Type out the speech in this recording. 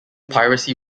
piracy